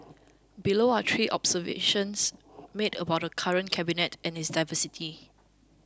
below are three observations made about the current cabinet and its diversity